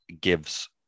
gives